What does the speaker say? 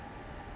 oh